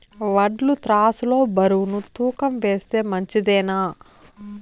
వడ్లు త్రాసు లో బరువును తూకం వేస్తే మంచిదేనా?